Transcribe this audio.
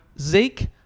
Zeke